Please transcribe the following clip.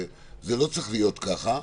וזה לא צריך להיות ככה,